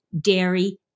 dairy